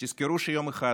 תזכרו שיום אחד